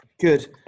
Good